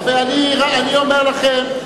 אני אומר לכם,